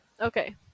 okay